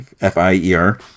f-i-e-r